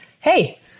hey